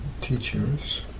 teachers